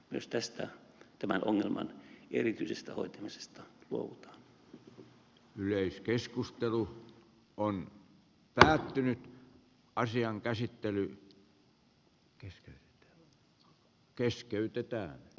myös tämän ongelman erityisestä hoitamisesta luovutaan